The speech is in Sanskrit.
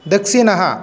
दक्षिणः